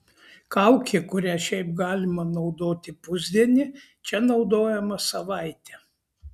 kaukė kurią šiaip galima naudoti pusdienį čia naudojama savaitę